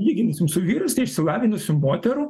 lyginsim su vyraistai išsilavinusių moterų